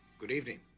good evening.